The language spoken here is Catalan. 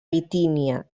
bitínia